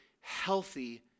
healthy